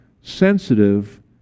sensitive